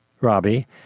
Robbie